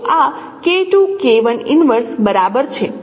તો આ બરાબર છે